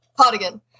cardigan